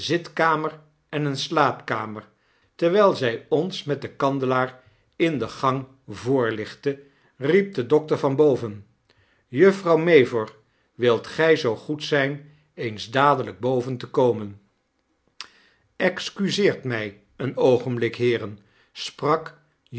zitkamer en eene slaapkamer terwyl zy ons met den kandelaar in de gang voorlichtte riep de dokter van boven juffrouw mavor wilt gij zoo goed zyn eens dadelyk boven te komen een vemsaard betbapt excuseert my een oogenblik heeren sprak